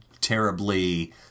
terribly